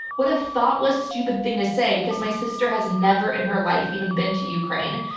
what a thoughtless, stupid thing to say, because my sister has never in her life even been to ukraine,